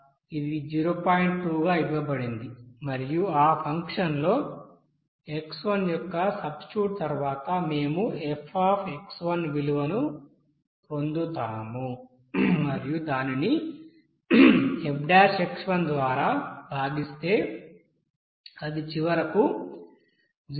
2 గా ఇవ్వబడింది మరియు ఆ ఫంక్షన్లో x1 యొక్క సబ్స్టిట్యూట్ తర్వాత మేము f విలువను పొందుతాము మరియు దానిని ద్వారా భాగిస్తే అది చివరకు 0